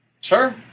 Sure